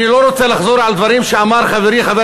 אני לא רוצה לחזור על דברים שאמר חברי חבר